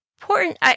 important